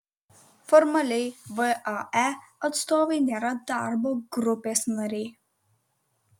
formaliai vae atstovai nėra darbo grupės nariai